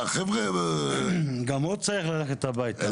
גם הוא צריך ללכת הביתה.